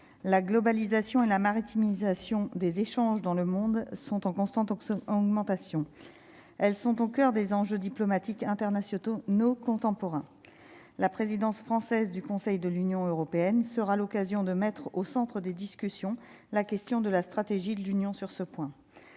la globalisation et la maritime isolation des échanges dans le monde sont en constante hausse en augmentation, elles sont au coeur des enjeux diplomatiques internationaux nos contemporains, la présidence française du Conseil de l'Union européenne sera l'occasion de mettre au centre des discussions la question de la stratégie de l'Union sur ce point,